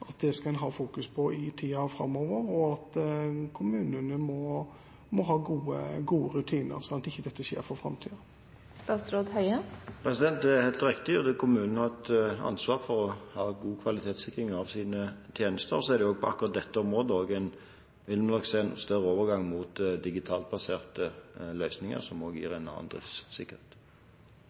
det skal en ha fokus på i tida framover, og at kommunene må ha gode rutiner, sånn at dette ikke skjer i framtida. Det er helt riktig at kommunene har et ansvar for å ha god kvalitetssikring av sine tjenester. Så vil vi nok akkurat på dette området se en større overgang mot digitalbaserte løsninger, som også gir